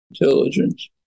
intelligence